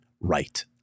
right